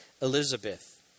Elizabeth